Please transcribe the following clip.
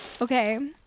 Okay